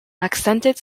accented